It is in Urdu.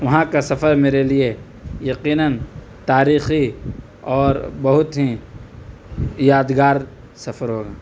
وہاں کا سفر میرے لیے یقیناً تاریخی اور بہت ہیں یادگار سفر ہوگا